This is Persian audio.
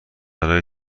برای